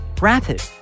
Rapid